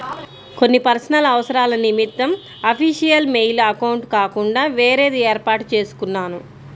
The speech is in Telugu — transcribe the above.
కొన్ని పర్సనల్ అవసరాల నిమిత్తం అఫీషియల్ మెయిల్ అకౌంట్ కాకుండా వేరేది వేర్పాటు చేసుకున్నాను